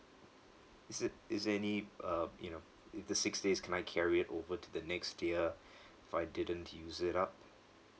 is it is there any um you know it the six days can I carry it over to the next year if I didn't use it up